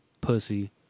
pussy